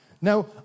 Now